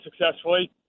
successfully